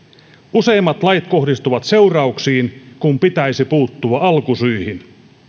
useimmat lait kohdistuvat seurauksiin kun pitäisi puuttua alkusyihin